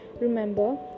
Remember